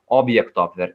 objekto per